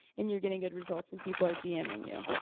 and you're getting good results, and people are dming you.